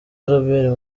robert